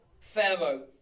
Pharaoh